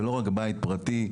ולא רק בית פרטי,